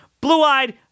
blue-eyed